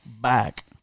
back